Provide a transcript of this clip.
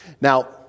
Now